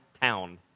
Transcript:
town